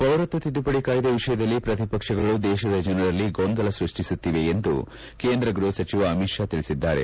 ಪೌರತ್ವ ತಿದ್ದುಪಡಿ ಕಾಯ್ದೆ ವಿಷಯದಲ್ಲಿ ಪ್ರತಿಪಕ್ಷಗಳು ದೇಶದ ಜನರಲ್ಲಿ ಗೊಂದಲ ಸೃಷ್ಟಿಸುತ್ತಿವೆ ಎಂದು ಕೇಂದ್ರ ಗೃಪ ಸಚಿವ ಅಮಿತ್ ಶಾ ತಿಳಿಸಿದ್ದಾರೆ